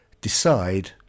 decide